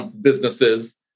businesses